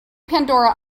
pandora